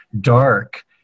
dark